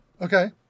Okay